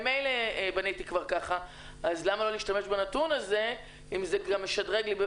ממילא בניתי כבר ככה אז למה לא להשתמש בנתון הזה אם זה משדרג לי?